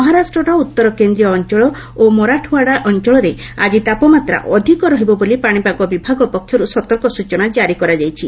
ମହାରାଷ୍ଟ୍ରର ଉତ୍ତର କେନ୍ଦ୍ରୀୟ ଅଞ୍ଚଳ ଓ ମରାଠୱାଡ଼ା ଅଞ୍ଚଳରେ ଆଜି ତାପମାତ୍ରା ଅଧିକ ରହିବ ବୋଲି ପାଣିପାଗ ବିଭାଗ ପକ୍ଷର୍ ସତର୍କ ସ୍ ଚନା ଜାରି କରାଯାଇଛି